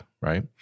right